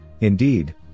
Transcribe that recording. Indeed